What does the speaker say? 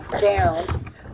down